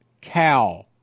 cow